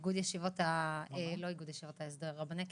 נציג רבני קהילות,